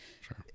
Sure